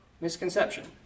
misconception